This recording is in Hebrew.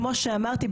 כמו שאמרתי,